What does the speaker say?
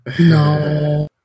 No